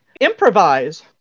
Improvise